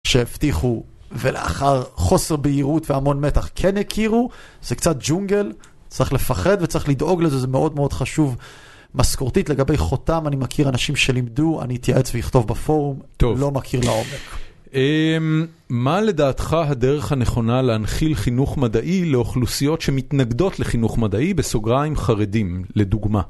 שהבטיחו, ולאחר חוסר בהירות והמון מתח, כן הכירו. זה קצת ג'ונגל, צריך לפחד וצריך לדאוג לזה, זה מאוד מאוד חשוב. משכורתית לגבי חותם, אני מכיר אנשים שלימדו, אני אתייעץ ואכתוב בפורום, לא מכיר לעומק. מה לדעתך הדרך הנכונה להנחיל חינוך מדעי לאוכלוסיות שמתנגדות לחינוך מדעי, בסוגריים חרדים, לדוגמה?